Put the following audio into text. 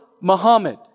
Muhammad